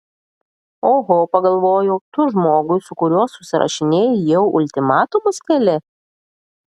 oho pagalvojau tu žmogui su kuriuo susirašinėji jau ultimatumus keli